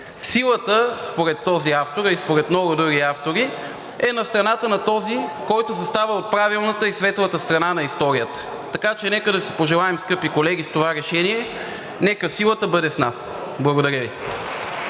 силата. Според този автор, а и според много други автори силата е на страната на този, който застава от правилната и светлата страна на историята, така че нека да си пожелаем, скъпи колеги, с това решение: нека силата бъде с нас! Благодаря Ви.